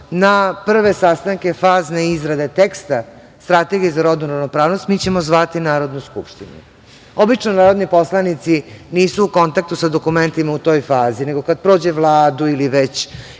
na prve sastanke, fazne izrade teksta Strategije za rodnu ravnopravnost, mi ćemo zvati Narodnu skupštinu. Obično, narodni poslanici nisu u kontaktu sa dokumentima u toj fazi, nego kada prođe Vladu ili već. Ja